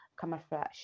camouflage